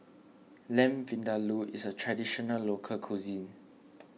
Lamb Vindaloo is a Traditional Local Cuisine